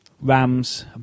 Rams